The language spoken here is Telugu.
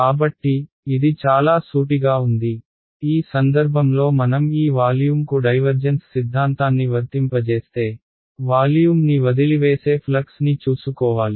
కాబట్టి ఇది చాలా సూటిగా ఉంది ఈ సందర్భంలో మనం ఈ వాల్యూమ్కు డైవర్జెన్స్ సిద్ధాంతాన్ని వర్తింపజేస్తే వాల్యూమ్ని వదిలివేసే ఫ్లక్స్ని చూసుకోవాలి